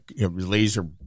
laser